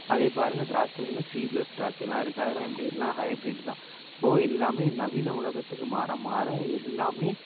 அதே பாருங்கள் திராட்சையில் சீட்லெஸ் திராட்சைலாம் இருக்குது அதல்லாம் எப்படி எல்லாம் ஹைபிரிட் தான் இப்போது எல்லாம் நவீன உலகத்துக்கு மாற மாற எல்லாம்